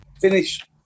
Finish